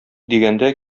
дигәндә